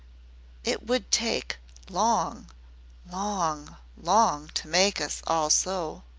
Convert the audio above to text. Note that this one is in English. it would take long long long to make us all so.